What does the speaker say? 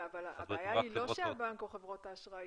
הבעיה היא לא שהבנק או חברות האשראי,